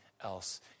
else